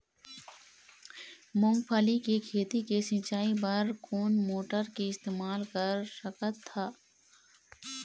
मूंगफली के खेती के सिचाई बर कोन मोटर के इस्तेमाल कर सकत ह?